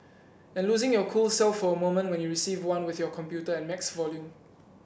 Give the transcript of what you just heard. and losing your cool self for a moment when you receive one with your computer at max volume